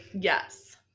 yes